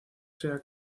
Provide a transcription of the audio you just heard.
sea